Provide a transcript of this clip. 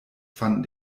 fanden